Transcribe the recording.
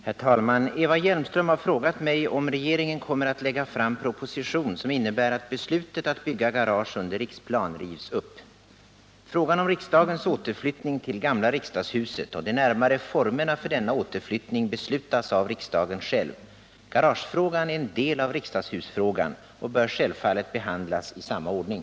Herr talman! Eva Hjelmström har frågat mig om regeringen kommer att lägga fram proposition som innebär att beslutet om att bygga garage under Riksplan rivs upp. Frågan om riksdagens återflyttning till gamla riksdagshuset och de närmare formerna för denna återflyttning beslutas av riksdagen själv. Garagefrågan är en del av riksdagshusfrågan och bör självfallet behandlas i samma ordning.